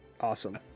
Awesome